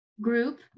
group